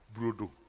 Brodo